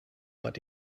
but